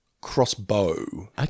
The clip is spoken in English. crossbow